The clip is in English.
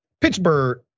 Pittsburgh